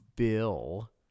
Bill